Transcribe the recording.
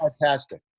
Fantastic